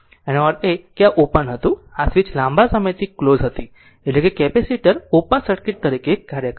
આનો અર્થ એ કે આ આ ઓપન હતું અને આ સ્વીચ લાંબા સમયથી ક્લોઝ હતો એટલે કે કેપેસિટર ઓપન સર્કિટ તરીકે કામ કરે છે